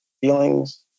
feelings